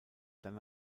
dann